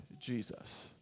Jesus